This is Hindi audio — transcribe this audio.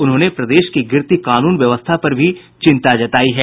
उन्होंने प्रदेश की गिरती कानून व्यवस्था पर चिंता जताई है